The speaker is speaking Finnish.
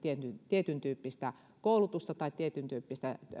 tietyntyyppistä koulutusta tai tietyntyyppistä